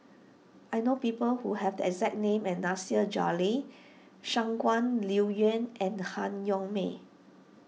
I know people who have the exact name and Nasir Jalil Shangguan Liuyun and Han Yong May